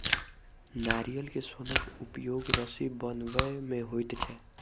नारियल के सोनक उपयोग रस्सी बनबय मे होइत छै